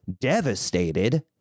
devastated